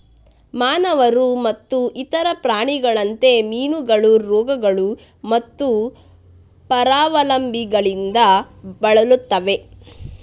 ಮಾನವರು ಮತ್ತು ಇತರ ಪ್ರಾಣಿಗಳಂತೆ, ಮೀನುಗಳು ರೋಗಗಳು ಮತ್ತು ಪರಾವಲಂಬಿಗಳಿಂದ ಬಳಲುತ್ತವೆ